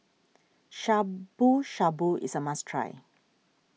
Shabu Shabu is a must try